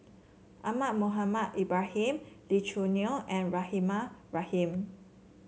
Ahmad Mohamed Ibrahim Lee Choo Neo and Rahimah Rahim